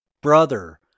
brother